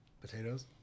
potatoes